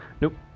Nope